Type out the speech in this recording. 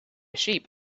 sheep